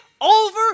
over